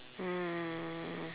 um